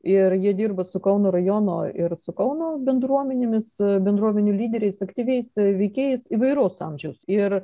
ir ji dirba su kauno rajonu ir su kauno bendruomenėmis bendruomenių lyderiais aktyviais veikėjais įvairaus amžiaus ir